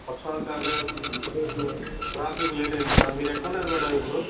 వర్షాల కారణంగా కొంచెం నెల్లూరులో ట్రాఫిక్ లేటయింది మేడం మీరెక్కడున్నారు మేడం ఇప్పుడు